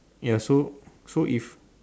ya so so if